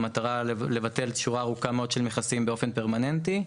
במטרה לבטל שורה ארוכה מאוד של מכסים באופן פרמננטי.